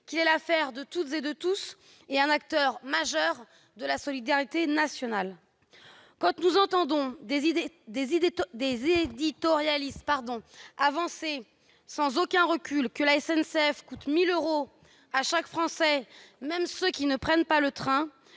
qu'il est l'affaire de toutes et de tous, et un acteur majeur de la solidarité nationale. Quand nous entendons des éditorialistes avancer, sans aucun recul, que « la SNCF coûte 1 000 euros à chaque Français, même ceux qui ne prennent pas le train